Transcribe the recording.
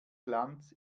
glanz